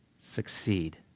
succeed